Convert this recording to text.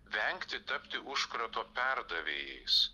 vengti tapti užkrato perdavėjais